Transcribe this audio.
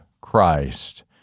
Christ